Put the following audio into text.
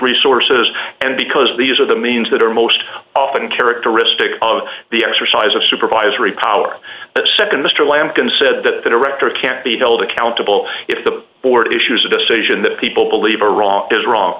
resources and because these are the means that are most often characteristic of the exercise of supervisory power that nd mr lampton said that the director can't be held accountable if the board issues a decision that people believe are wrong is wrong